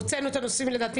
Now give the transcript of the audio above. הוצאנו לדעתי את הנושאים לדעתי